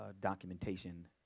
documentation